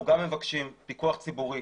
אנחנו גם מבקשים פיקוח ציבורי.